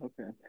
Okay